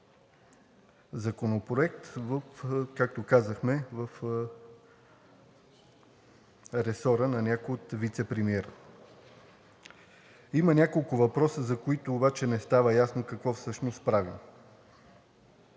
законопроект, както казахме, в ресора на някой вицепремиер. Има няколко въпроса, за които обаче не става ясно какво всъщност правим?